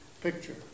picture